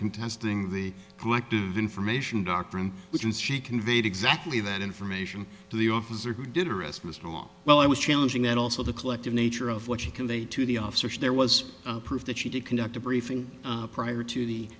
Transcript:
contesting the collective information doctrine which is she conveyed exactly that information to the officer who did arrest mr long well i was challenging that also the collective nature of what she conveyed to the officers there was proof that she did conduct a briefing prior to the